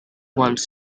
want